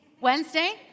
Wednesday